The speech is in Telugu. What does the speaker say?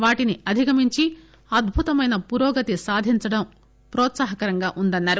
వాటిని అధిగమించి అద్భుతమైన పురోగతి సాధించడం ప్రోత్సాహకరంగా ఉందని అన్సారు